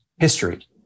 History